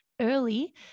early